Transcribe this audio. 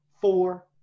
four